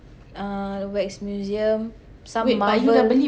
uh the wax museum some Marvel